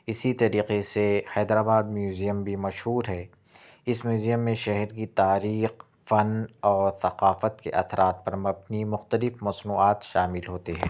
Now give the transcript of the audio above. اِسی طریقے سے حیدرآباد میوزیم بھی مشہور ہے اِس میوزیم میں شہر کی تاریخ فن اور ثقافت کے اثرات پر مبنی مختلف مصنوعات شامل ہوتے ہیں